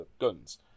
guns